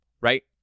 right